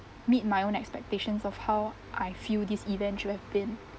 meet my own expectations of how I feel this event should have been